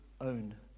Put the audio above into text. own